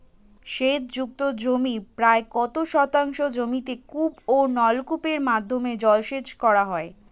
সেচ যুক্ত জমির প্রায় কত শতাংশ জমিতে কূপ ও নলকূপের মাধ্যমে জলসেচ করা হয়?